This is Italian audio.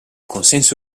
consenso